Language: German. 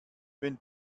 wenn